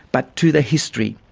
but to the history.